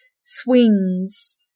swings